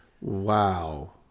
Wow